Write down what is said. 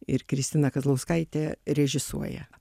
ir kristina kazlauskaitė režisuoja